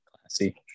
Classy